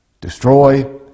Destroy